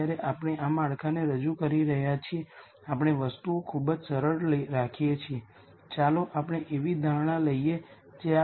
જ્યારે આપણે મેટ્રિસ માટે વિવિધ સબ સ્પેસ વિશે વાત કરી હતી ત્યારે આપણે આ સમીકરણ પણ જોયું છે